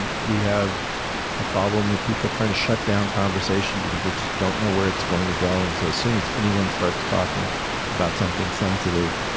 and we have a problem with people trying to shut down conversation because they just don't know where it's going to go. and so as soon as anyone starts talking about something sensitive,